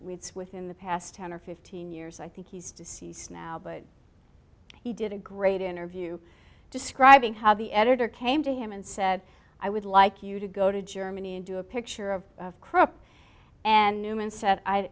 weeds within the past ten or fifteen years i think he's deceased now but he did a great interview describing how the editor came to him and said i would like you to go to germany and do a picture of crook and newman said